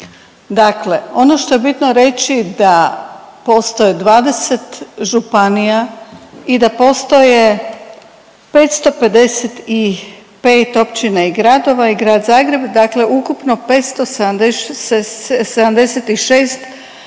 Dakle, ono što je bitno reći da postoje 20 županija i da postoje 555 općina i gradova i Grad Zagreb, dakle ukupno 576 jedinica